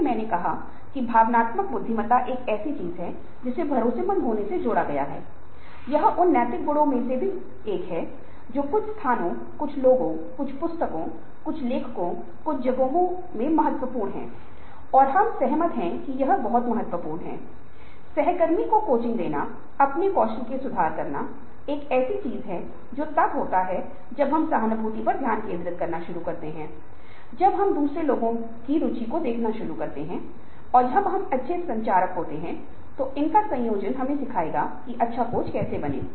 लक्ष्यों की प्राथमिकता तय करें प्रत्येक लक्ष्य की सिद्धि के लिए समय सीमा निर्धारित करें सबसे आसान अल्पकालिक लक्ष्य के साथ प्रयास करें कार्य आरंभ करें अपने कौशल ज्ञान और दृष्टिकोण में सुधार करें और नरम अल्पावधिसॉफ्ट short term Soft short Term लक्ष्य को पूरा करें और इसी तरह आप एक के बाद एक लक्ष्य को पूरा करेंगे जब तक आप दीर्घकालिक मुख्य लक्ष्य पूरा नहीं कर लेते और अपने कार्यों और नई विशेषज्ञता के आधार पर प्रतिक्रिया प्राप्त करें निबंध कि आप लक्ष्य के लिए कितनी अच्छी प्रगति कर रहे हैं